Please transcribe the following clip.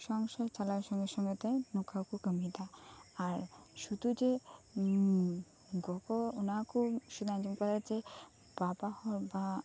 ᱥᱚᱝᱥᱟᱨ ᱪᱟᱞᱟᱣ ᱥᱚᱸᱜᱮ ᱥᱚᱸᱜᱮᱛᱮ ᱱᱚᱝᱠᱟ ᱠᱚ ᱠᱟᱢᱤᱭᱮᱫᱟ ᱟᱨ ᱥᱩᱫᱩ ᱡᱮ ᱜᱚᱜᱚ ᱚᱱᱟ ᱠᱚ ᱟᱸᱡᱚᱢ ᱟᱠᱟᱫᱟ ᱡᱮ ᱵᱟᱵᱟ ᱦᱚᱲ ᱵᱟ